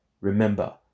Remember